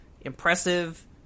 impressive